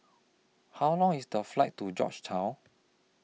How Long IS The Flight to Georgetown